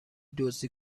دزدی